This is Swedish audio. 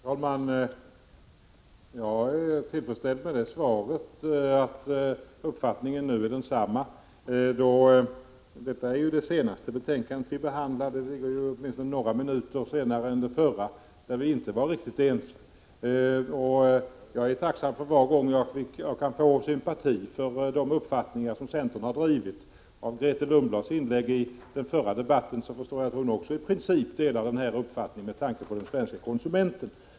Herr talman! Jag är tillfredsställd med svaret, att uppfattningen nu är densamma. Detta är ju det senaste betänkande vi behandlar — det ligger åtminstone några minuter senare än det förra, där vi inte var riktigt ense. Jag är tacksam för var gång vi kan få sympati för de uppfattningar som centern har drivit. Av Grethe Lundblads inlägg i den förra debatten förstår jag att hon också i princip delar denna uppfattning med tanke på den svenske konsumenten.